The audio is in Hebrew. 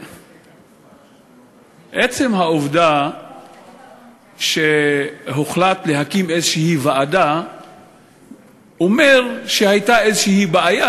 עצם העובדה שהוחלט להקים ועדה כלשהי אומרת שהייתה בעיה כלשהי,